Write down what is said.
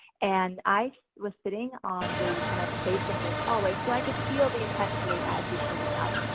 and i was sitting on the, kind of facing this hallway. so, i could feel the intensity as he's moving up.